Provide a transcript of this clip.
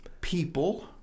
people